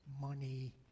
money